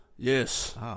Yes